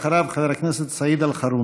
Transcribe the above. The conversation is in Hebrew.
אחריו, חבר הכנסת סעיד אלחרומי.